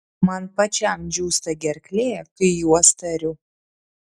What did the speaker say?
man pačiam džiūsta gerklė kai juos tariu